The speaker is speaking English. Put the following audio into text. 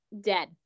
Dead